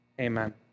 Amen